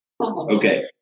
Okay